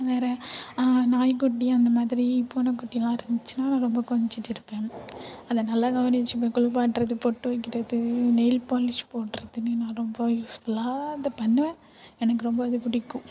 வேறு நாய் குட்டி அந்த மாதிரி பூனை குட்டிலாம் இருந்துச்சின்னா ரொம்ப கொஞ்சிட்டு இருப்பேன் அதை நல்லா கவனிச்சிப்பேன் குளிப்பாட்டுறது பொட்டு வைக்கிறது நெயில் பாலிஷ் போடுறதுனு நான் ரொம்ப யூஸ்ஃபுல்லாக அதை பண்ணுவேன் எனக்கு ரொம்ப அது பிடிக்கும்